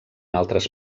altres